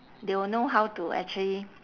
they will know how to actually